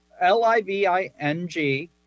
l-i-v-i-n-g